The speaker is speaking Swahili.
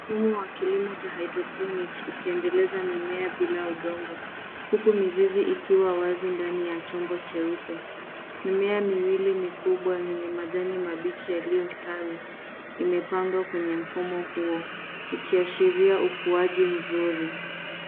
Mfumo wa kilimo cha hydroponics ukiendeleza mimea bila udongo huku mizizi ikiwa wazi ndani ya chombo cheupe. Mimea miwili mikubwa yenye majani mabichi yaliyostawi imepandwa kwenye mfumo huo ikiashiria ukuaji mzuri .